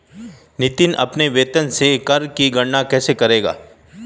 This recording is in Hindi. नितिन अपने वेतन से कर की गणना कैसे करेगा?